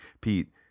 Pete